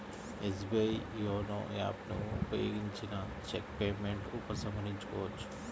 SBI YONO app ను ఉపయోగించిన cheque payment ఉపసంహరించుకోవచ్చు